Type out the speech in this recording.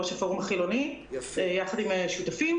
החילוני ביחד עם שותפים.